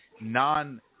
Non